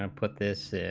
um put this